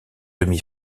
demi